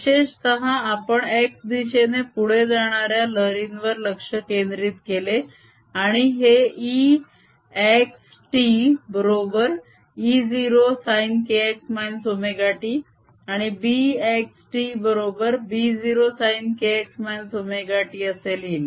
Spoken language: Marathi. विशेषतः आपण x दिशेने पुढे जाणाऱ्या लहरींवर लक्ष केंद्रित केले आणि हे E x t बरोबर E0 sin kx ωt आणि B xt बरोबर b0 sin kx ωt असे लिहिले